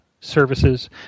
services